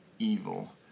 evil